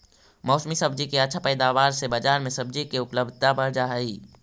मौसमी सब्जि के अच्छा पैदावार से बजार में सब्जि के उपलब्धता बढ़ जा हई